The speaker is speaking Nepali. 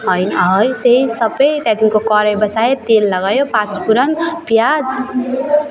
है है त्यही सबै त्यहाँदेखिन्को कराई बसायो तेल लगायो पाँचफुरन पियाज